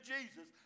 Jesus